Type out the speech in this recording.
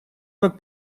как